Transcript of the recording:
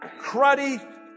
cruddy